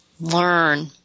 learn